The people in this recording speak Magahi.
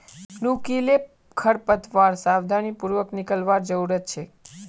नुकीले खरपतवारक सावधानी पूर्वक निकलवार जरूरत छेक